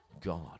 God